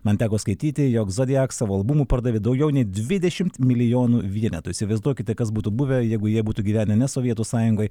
man teko skaityti jog zodiaks savo albumų pardavė daugiau nei dvidešimt milijonų vienetų įsivaizduokite kas būtų buvę jeigu jie būtų gyvenę ne sovietų sąjungoj